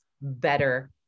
better